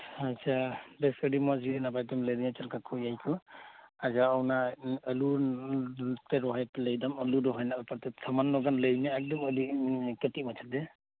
ᱟᱪᱪᱷᱟ ᱵᱮᱥ ᱟᱰᱤ ᱢᱚᱸᱡᱽ ᱦᱳᱭᱮᱱᱟ ᱱᱟᱯᱟᱭ ᱛᱮᱢ ᱞᱟᱹᱭ ᱟᱫᱤᱧᱟ ᱪᱮᱫ ᱞᱮᱠᱟ ᱤᱭᱟᱹ ᱭᱟᱠᱚ ᱟᱪᱪᱷᱟ ᱚᱱᱟ ᱟᱞᱩ ᱯᱮ ᱨᱚᱦᱚᱭᱟ ᱞᱟᱹᱭ ᱫᱟᱢ ᱟᱞᱩ ᱨᱚᱦᱚᱭ ᱨᱮᱱᱟᱜ ᱵᱮᱯᱟᱨ ᱛᱮ ᱥᱟᱢᱟᱱᱱᱚ ᱜᱟᱱ ᱮᱢ ᱞᱟᱹᱭᱧᱟᱢ ᱮᱠᱫᱚᱢ ᱟᱰᱤ ᱠᱟᱴᱤᱡ ᱢᱟᱪᱷᱟ ᱛᱮ